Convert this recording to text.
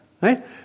Right